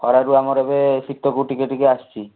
ଖରାରୁ ଆମର ଏବେ ଶୀତକୁ ଟିକିଏ ଟିକିଏ ଆସୁଛି